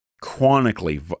chronically